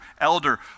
elder